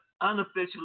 unofficially